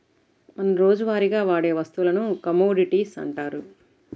మనం రోజువారీగా వాడే వస్తువులను కమోడిటీస్ అంటారు